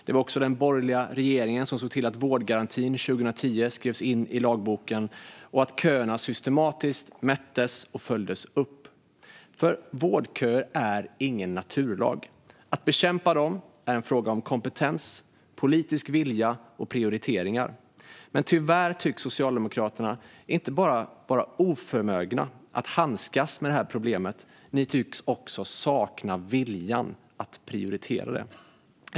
Det var också den borgerliga regeringen som såg till att vårdgarantin 2010 skrevs in i lagboken och att köerna systematiskt mättes och följdes upp. Vårdköer är ingen naturlag. Att bekämpa dem är en fråga om kompetens, politisk vilja och prioriteringar. Men tyvärr tycks Socialdemokraterna inte bara vara oförmögna att handskas med det här problemet. Ni tycks också sakna viljan att prioritera det.